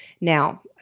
Now